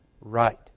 right